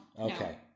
Okay